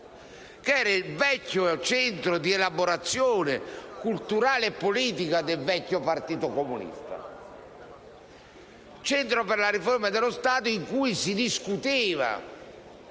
che era il centro di elaborazione culturale e politica del vecchio Partito Comunista. Nel Centro per la riforma dello Stato si discuteva